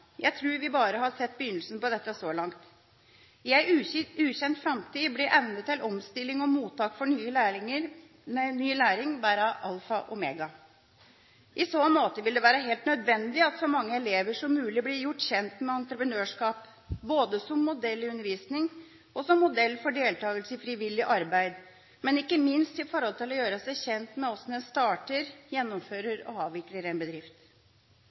Jeg tror vi bare har sett begynnelsen på dette så langt. I en ukjent framtid blir evne til omstilling og mottak for ny læring alfa og omega. I så måte vil det være helt nødvendig at så mange elever som mulig blir gjort kjent med entreprenørskap både som modell i undervisningen og som modell i deltakelse i frivillig arbeid, men ikke minst i forhold til å gjøre seg kjent med hvordan en starter, gjennomfører og avvikler en bedrift.